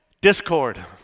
Discord